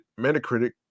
Metacritic